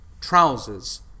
trousers